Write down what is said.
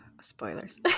spoilers